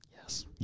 Yes